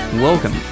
Welcome